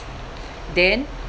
dan